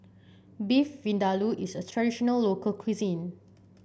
Beef Vindaloo is a traditional local cuisine